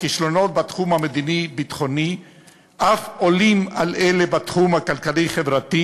הכישלונות בתחום המדיני-ביטחוני אף עולים על אלה בתחום הכלכלי-חברתי,